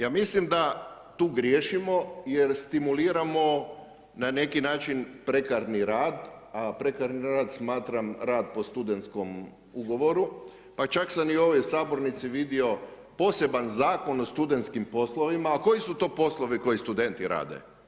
Ja mislim da tu griješimo jer stimuliramo, na neki način prekarni rad, a prekarni rad, smatram rad po studentskom ugovoru, pa čak sam i u ovoj sabornici vidio poseban zakon o studentskim poslovima, a koji su tu poslovi koji studenti rade?